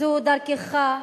זו דרכך,